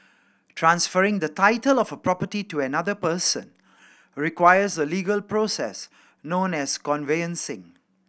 transferring the title of a property to another person requires a legal process known as conveyancing